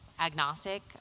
agnostic